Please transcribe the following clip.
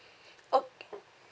okay